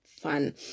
fun